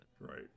Right